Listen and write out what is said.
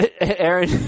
Aaron